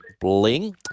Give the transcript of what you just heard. Bling